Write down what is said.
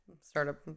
startup